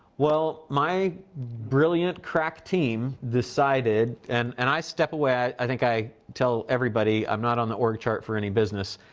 well, my brilliant crack team decided, and and i step away, i think i tell everybody, i'm not on the org chart for any business,